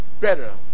better